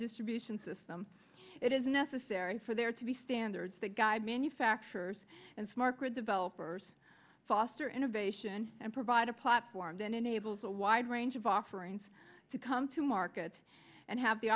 distribution system it is necessary for there to be standards that guide manufacturers and smart grid developers foster innovation and provide a platform that enables a wide range of offerings to come to market and have the